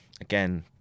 again